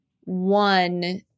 one